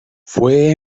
fue